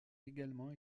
également